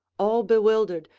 all bewildered,